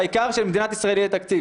העיקר שלמדינת ישראל יהיה תקציב.